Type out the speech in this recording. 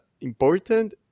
important